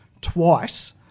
twice